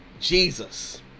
Jesus